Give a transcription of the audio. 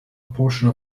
portion